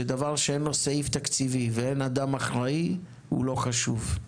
שדבר שאין לו סעיף תקציבי ואין אדם שאחראי לו הוא לא חשוב.